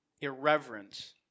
Irreverence